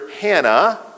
Hannah